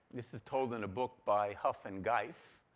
this is told in a book by huff and geis.